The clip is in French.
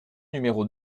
numéro